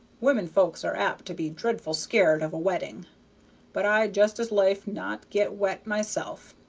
women-folks are apt to be dreadful scared of a wetting but i'd just as lief not get wet myself.